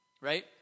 Right